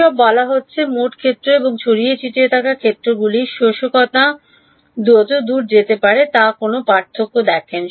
এসব বলা হচ্ছে মোট ক্ষেত্র এবং ছড়িয়ে ছিটিয়ে থাকা ক্ষেত্রগুলিতে শোষকরা যতদূর যেতে পারে তার কোনও পার্থক্য দেখেন